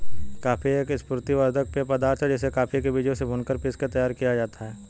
coffee एक स्फूर्ति वर्धक पेय पदार्थ है जिसे कॉफी के बीजों से भूनकर पीसकर तैयार किया जाता है